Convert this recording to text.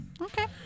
Okay